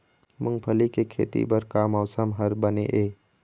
मूंगफली के खेती बर का मौसम हर बने ये?